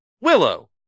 Willow